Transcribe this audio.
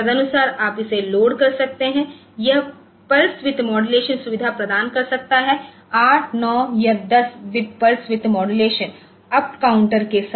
तदनुसार आप इसे लोड कर सकते हैं यह पल्स विड्थ मॉडुलेशन सुविधाएं प्रदान कर सकता है 8 9 या 10 bit pulse width modulation up counter के साथ